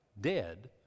dead